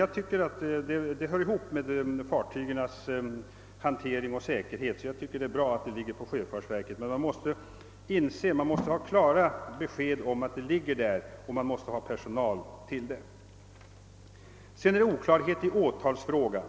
Jag tycker dock att spörsmålet hänger ihop med fartygens hantering och säkerhet och det är därför enligt min mening riktigt att sjöfartsverket handhar uppgiften. Man måste emellertid få klart besked om att det är sjöfartsverket som har ansvaret och det måste också finnas tillräckligt med personal. Det råder också oklarhet beträffande åtalsfrågan.